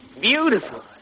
Beautiful